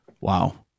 Wow